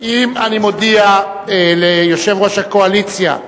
מודיע ליושב-ראש הקואליציה,